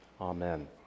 Amen